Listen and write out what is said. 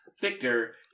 Victor